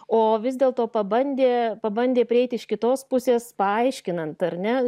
o vis dėlto pabandė pabandė prieit iš kitos pusės paaiškinant ar ne